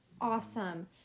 awesome